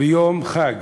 ביום חג,